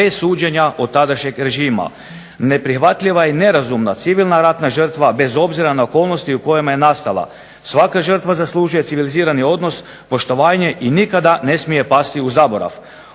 bez suđenja od tadašnjeg režima. Neprihvatljiva i nerazumna civilna ratna žrtva bez obzira na okolnosti u kojima je nastala. Svaka žrtva zaslužuje civilizirani odnos, poštovanje i nikada ne smije pasti u zaborav.